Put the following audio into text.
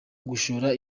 gushora